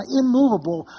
immovable